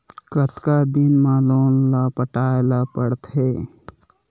कतका दिन मा लोन ला पटाय ला पढ़ते?